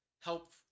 help